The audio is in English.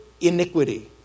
iniquity